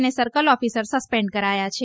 અને circle officer suspend કરાયા છે